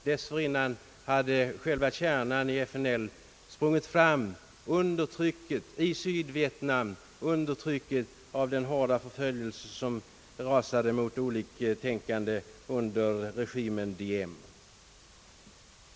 Dessförinnan hade själva kärnan i FNL sprungit fram i Sydvietnam under trycket av den hårda förföljelse som rasade mot oliktänkande under regimen Diem.